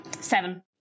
Seven